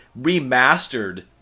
remastered